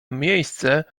miejsce